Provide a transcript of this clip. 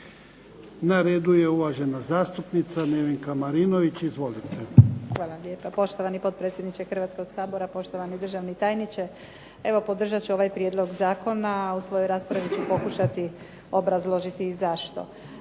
Na redu je uvažen zastupnica Nevenka Marinović. Izvolite. **Marinović, Nevenka (HDZ)** Hvala vam lijepa. Poštovani potpredsjedniče Hrvatskog sabora, poštovani državni tajniče. Evo podržat ću ovaj prijedlog zakona, a u svojoj raspravi ću pokušati obrazložiti i zašto.